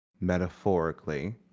Metaphorically